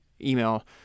email